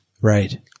right